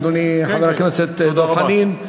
אדוני חבר הכנסת דב חנין,